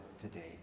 today